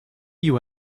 you